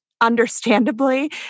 understandably